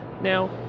Now